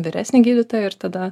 vyresnį gydytoją ir tada